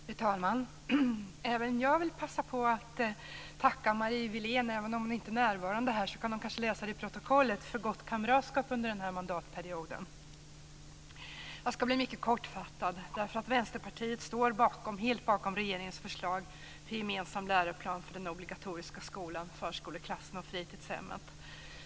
Fru talman! Även jag vill passa på att tacka Marie Wilén för gott kamratskap under den här mandatperioden. Även om hon inte är närvarande här kan hon kanske läsa det i protokollet. Jag skall bli mycket kortfattad därför att Vänsterpartiet helt står bakom regeringens förslag till gemensam läroplan för den obligatoriska skolan, förskoleklassen och fritidshemmet.